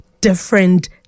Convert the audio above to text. different